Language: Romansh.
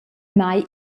mai